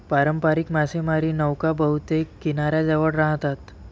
पारंपारिक मासेमारी नौका बहुतेक किनाऱ्याजवळ राहतात